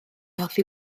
hoffi